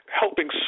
helping